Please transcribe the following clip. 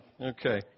Okay